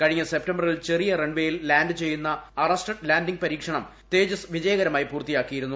കഴിഞ്ഞ സെപ്റ്റംബറിൽ ചെറിയ റൺവേയിൽ ലാൻഡ് ചെയ്യിക്കുന്ന അറസ്റ്റഡ് ലാൻഡിങ് പരീക്ഷണം തേജസ് വിജയകരമായി പൂർത്തിയാക്കിയിരുന്നു